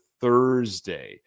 Thursday